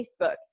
Facebook